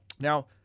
Now